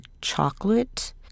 chocolate